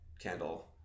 candle